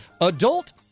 Adult